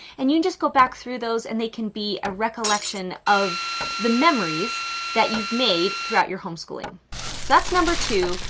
and you can just go back through those and they can be a recollection of the memories that you've made throughout your homeschooling. so that's number two.